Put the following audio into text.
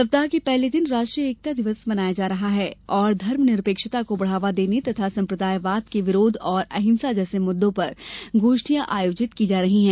सप्ताह के पहले दिन राष्ट्रीय एकता दिवस मनाया जा रहा है और धर्मनिरपेक्षता को बढावा देने तथा सम्प्रदायवाद के विरोध और अहिंसा जैसे मुद्दों पर गोष्ठियां आयोजित की जा रही हैं